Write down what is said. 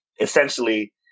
essentially